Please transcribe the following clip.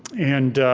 and